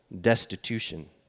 destitution